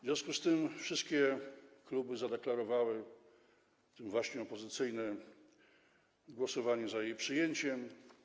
W związku z tym wszystkie kluby zadeklarowały, właśnie opozycyjne, głosowanie za jej przyjęciem.